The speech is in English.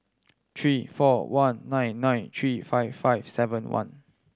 three four one nine nine three five five seven one